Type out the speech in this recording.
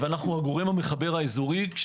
אנו הגורם המחבר האזורי.